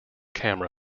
camera